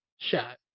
shot